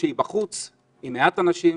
במתנ"סים,